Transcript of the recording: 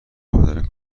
آوردن